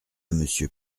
monsieur